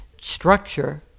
structure